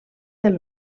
del